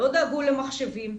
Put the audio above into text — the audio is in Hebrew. לא דאגו למחשבים,